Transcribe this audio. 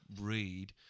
read